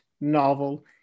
novel